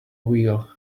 wheel